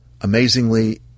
Amazingly